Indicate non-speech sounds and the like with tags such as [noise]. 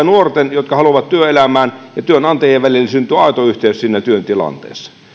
[unintelligible] nuorten jotka haluavat työelämään ja työnantajien välille syntyy aito yhteys siinä työtilanteessa